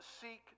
seek